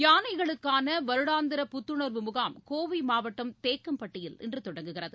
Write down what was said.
யானைகளுக்கான வருடாந்திர புத்துணர்வு முகாம் கோவை மாவட்டம் தேக்கம்பட்டியில் இன்று தொடங்குகிறது